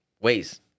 ways